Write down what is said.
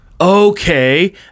Okay